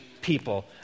people